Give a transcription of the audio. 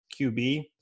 QB